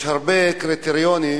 יש הרבה קריטריונים,